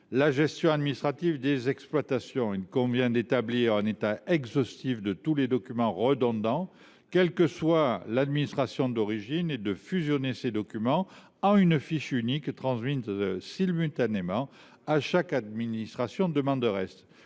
et des crises agricoles. Il convient en effet d’établir un état exhaustif de tous les documents redondants, quelle que soit l’administration d’origine, et de fusionner ces documents en une fiche unique transmise simultanément à chaque administration demanderesse.